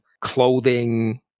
clothing